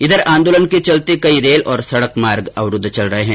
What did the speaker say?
इधर आंदोलन के चलते कई रेल और सड़क मार्ग अवरूद्व चल रहे हैं